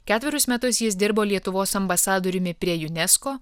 ketverius metus jis dirbo lietuvos ambasadoriumi prie junesko